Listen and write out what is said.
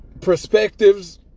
perspectives